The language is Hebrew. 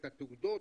את התעודות,